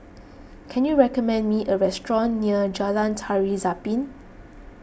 can you recommend me a restaurant near Jalan Tari Zapin